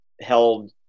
held